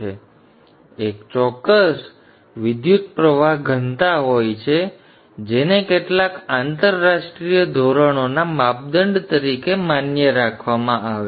તેમાં એક ચોક્કસ વિદ્યુતપ્રવાહ ઘનતા હોય છે જેને કેટલાક આંતરરાષ્ટ્રીય ધોરણોના માપદંડ તરીકે માન્ય રાખવામાં આવે છે